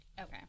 Okay